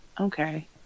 Okay